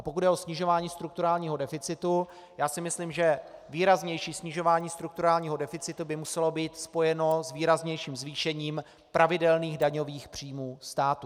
Pokud jde o snižování strukturálního deficitu, myslím si, že výraznější snižování strukturálního deficitu by muselo být spojeno s výraznějším zvýšením pravidelných daňových příjmů státu.